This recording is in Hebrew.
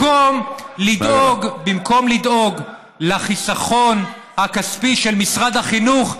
במקום לדאוג לחיסכון הכספי של משרד החינוך,